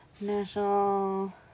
national